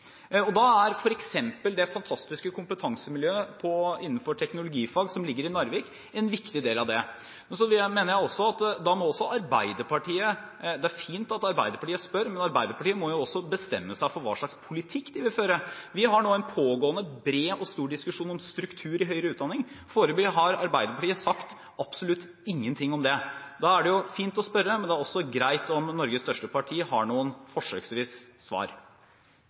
det fantastiske kompetansemiljøet innenfor teknologifag, som ligger i Narvik, en viktig del av det. Så mener jeg det er fint at Arbeiderpartiet spør, men Arbeiderpartiet må jo også bestemme seg for hva slags politikk de vil føre. Vi har nå en pågående, bred og stor diskusjon om struktur i høyere utdanning. Foreløpig har Arbeiderpartiet sagt absolutt ingenting om det. Da er det fint å spørre, men det er også greit om Norges største parti har noen svar – forsøksvis.